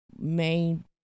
main